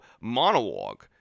monologue